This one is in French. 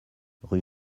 rue